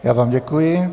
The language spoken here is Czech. Já vám děkuji.